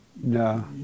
No